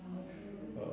oh